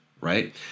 Right